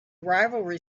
rivalry